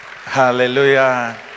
Hallelujah